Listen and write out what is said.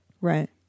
Right